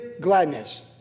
gladness